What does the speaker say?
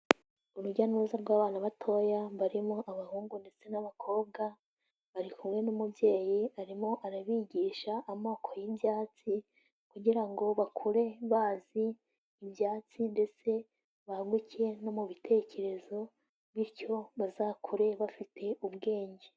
Urujya n'uruza rw'abana batoya barimo abahungu ndetse n'abakobwa, bari kumwe n'umubyeyi arimo arabigisha amoko y'ibyatsi, kugira ngo bakure bazi ibyatsi ndetse, baguke no mu bitekerezo bityo bazakure bafite ubwenge.